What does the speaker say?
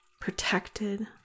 protected